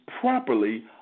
properly